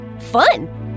fun